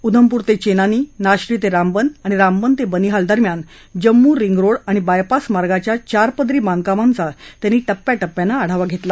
उधमपूर ते चेनानी नाशरी ते रामबन आणि रामबन ते बनीहाल दरम्यान जम्मू रिंगरोड आणि बायपास मार्गाच्या चारपदरी बांधकामाचं त्यांनी टप्प्या टप्प्यानं आढावा घेतला